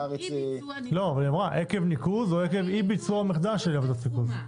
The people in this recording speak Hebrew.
לא עקב ניקוז או עקב אי-ביצוע ניקוז בתחומה.